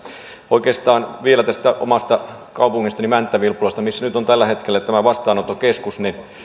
oikeastaan vielä tästä omasta kaupungistani mänttä vilppulasta missä nyt on tällä hetkellä tämä vastaanottokeskus